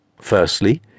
Firstly